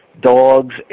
dogs